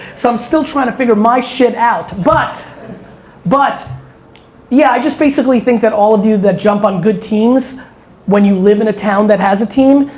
so i'm still trying to figure my shit out, but but yeah, i just basically think that all of you that jump on good teams when you live in a town that has a team,